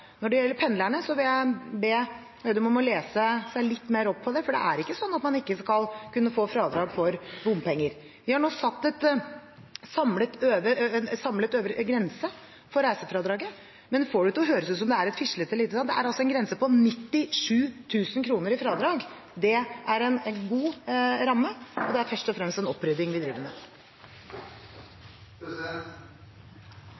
Når det gjelder pendlerne, vil jeg be Slagsvold Vedum om å lese seg litt mer opp på det, for det er ikke slik at man ikke skal kunne få fradrag for bompenger. Vi har nå satt en samlet øvre grense for reisefradraget. Han får det til å høres fislete og lite ut, men det er en grense på 97 000 kr i fradrag. Det er en god ramme, og det er først og fremst en opprydding